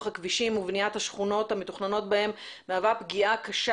הכבישים ובניית השכונות המתוכננות בהם מהווה פגיעה קשה